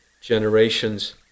generations